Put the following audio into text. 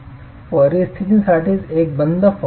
परिस्थितीसाठीच एक बंद फॉर्म उपाय